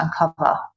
uncover